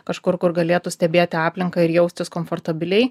kažkur kur galėtų stebėti aplinką ir jaustis komfortabiliai